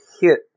hit